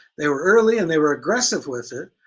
they were early and they were aggressive with it,